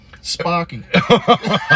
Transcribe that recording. Sparky